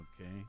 okay